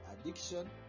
addiction